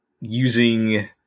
using